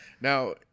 Now